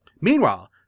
Meanwhile